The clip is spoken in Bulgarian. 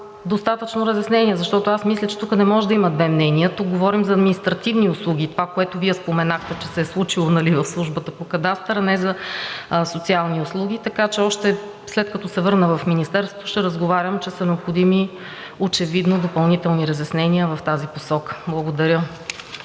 достатъчно разяснения, защото мисля, че тук не може да има две мнения. Тук говорим за административни услуги – това, което Вие споменахте, че се е случило в Службата по кадастър, а не за социални услуги. Така че още след като се върна в Министерството, ще разговарям, че са необходими очевидно допълнителни разяснения в тази посока. Благодаря.